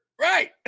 Right